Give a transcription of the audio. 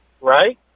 right